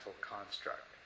construct